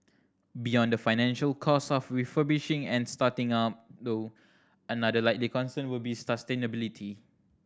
beyond the financial cost of refurbishing and starting up though another likely concern will be sustainability